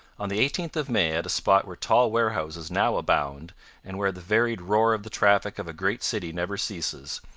on the eighteenth of may, at a spot where tall warehouses now abound and where the varied roar of the traffic of a great city never ceases,